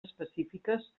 específiques